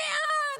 לאן?